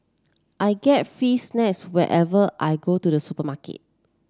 I get free snacks whenever I go to the supermarket